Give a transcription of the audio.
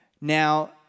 Now